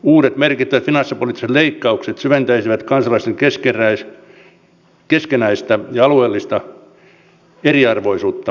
uudet merkittävät finanssipoliittiset leikkaukset syventäisivät kansalaisten keskinäistä ja alueellista eriarvoisuutta entisestään